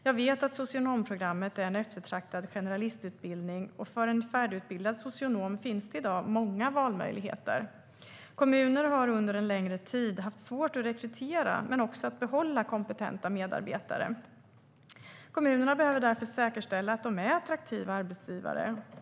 Jag vet att socionomprogrammet är en eftertraktad generalistutbildning, och för en färdigutbildad socionom finns det i dag många valmöjligheter. Kommuner har under en längre tid haft svårt att rekrytera men även att behålla kompetenta medarbetare. Kommunerna behöver därför säkerställa att de är attraktiva arbetsgivare.